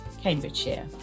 Cambridgeshire